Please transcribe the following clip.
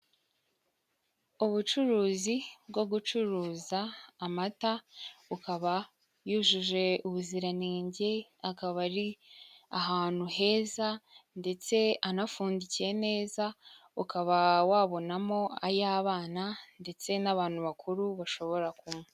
Ubucuruzi bwo gucuruza amata bukaba yujuje ubuziranenge, akaba ari ahantu heza ndetse anapfundikiye neza, ukaba wabonamo ay'abana ndetse n'abantu bakuru bashobora kunywa.